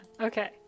okay